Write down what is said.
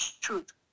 truth